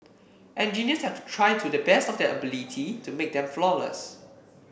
engineers have to try to the best of their ability to make them flawless